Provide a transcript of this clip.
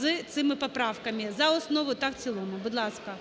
з цими поправками. За основу та в цілому. Будь ласка.